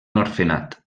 orfenat